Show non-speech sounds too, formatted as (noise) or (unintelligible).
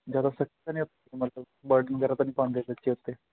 (unintelligible) ਮਤਲਬ ਬਰਡਨ ਵਗੈਰਾ ਤਾਂ ਨਹੀਂ ਪਾਉਂਦੇ ਬੱਚੇ ਉੱਤੇ